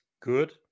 good